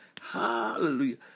Hallelujah